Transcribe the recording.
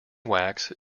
wax